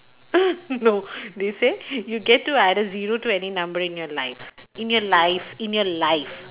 no they say you get to add a zero to any number in your life in your life in your life